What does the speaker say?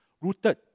rooted